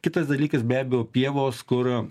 kitas dalykas be abejo pievos kur